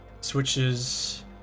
switches